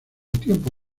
tiempo